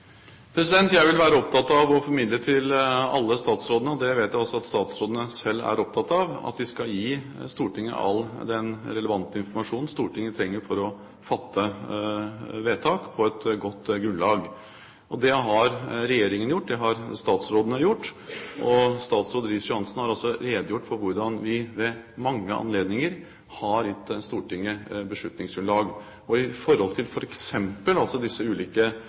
Jeg vil være opptatt av å formidle til alle statsrådene, og det vet jeg også at statsrådene selv er opptatt av, at de skal gi Stortinget all den relevante informasjon Stortinget trenger for å fatte vedtak på et godt grunnlag. Det har regjeringen gjort, det har statsrådene gjort, og statsråd Riis-Johansen har altså redegjort for hvordan vi ved mange anledninger har gitt Stortinget beslutningsgrunnlag. Når det gjelder f.eks. disse ulike